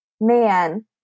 man